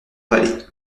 vallée